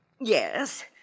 Yes